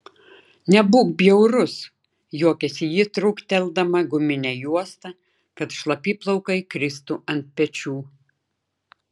nebūk bjaurus juokiasi ji trūkteldama guminę juostą kad šlapi plaukai kristų ant pečių